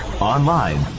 online